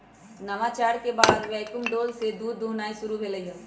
नवाचार के बाद वैक्यूम डोल से दूध दुहनाई शुरु भेलइ